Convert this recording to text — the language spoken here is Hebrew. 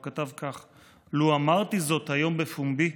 הוא כתב כך: "לו אמרתי זאת היום בפומבי,